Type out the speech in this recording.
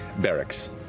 barracks